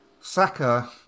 Saka